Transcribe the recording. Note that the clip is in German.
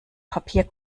papier